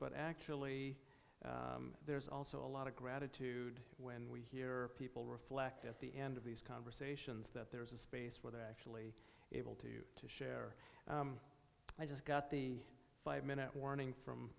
but actually there's also a lot of gratitude when we hear people reflect at the end of these conversations that there's a space where they're actually able to share i just got the five minute warning from